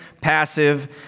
passive